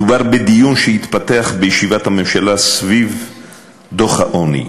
מדובר בדיון שהתפתח בישיבת הממשלה סביב דוח העוני.